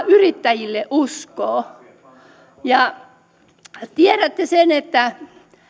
yrittäjille uskoa tiedätte sen että